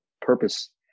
purpose